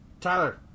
Tyler